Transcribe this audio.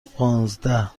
پانزده